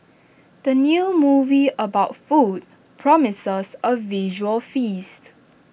the new movie about food promises A visual feast